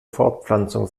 fortpflanzung